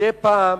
מדי פעם